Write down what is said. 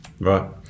Right